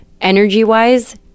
energy-wise